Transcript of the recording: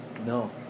No